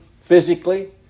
physically